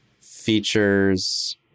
features